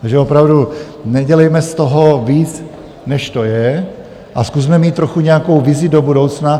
Takže opravdu nedělejme z toho víc, než to je, a zkusme mít trochu nějakou vizi do budoucna.